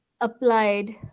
applied